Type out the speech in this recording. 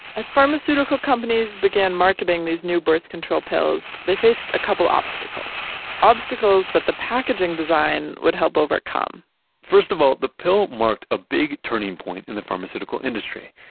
as pharmaceutical companies began marketing these new birth control pills, they faced a couple of obstacles. obstacles that the packaging design would help overcome first of all, the pill marked a big turning point in the pharmaceutical industry.